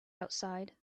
outside